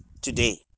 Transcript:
today